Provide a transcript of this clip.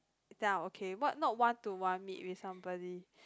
that I'm okay what not one to one meet with somebody